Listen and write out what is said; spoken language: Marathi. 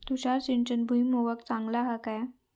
तुषार सिंचन भुईमुगाक चांगला हा काय?